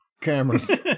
cameras